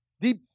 deep